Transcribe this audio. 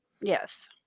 Yes